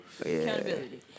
Accountability